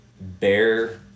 bear